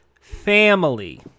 family